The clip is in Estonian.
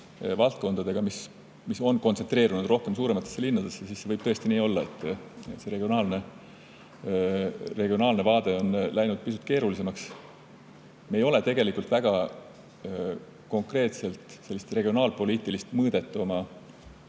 valdkondadega, mis on kontsentreerunud suurematesse linnadesse. Seega võib tõesti nii olla, et regionaalne vaade on läinud pisut keerulisemaks. Me ei ole tegelikult väga konkreetselt sellist regionaalpoliitilist mõõdet